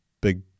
big